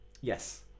Yes